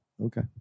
okay